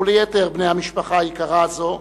וליתר בני המשפחה היקרה הזאת,